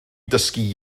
dysgu